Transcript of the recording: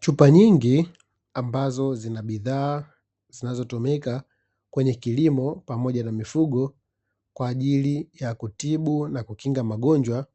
Chupa nyingi ambazo zina bidhaa zinazotumika kwenye kilimo pamoja na mifugo, kwa ajili ya kutibu na kukinga magonjwa